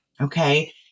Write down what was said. Okay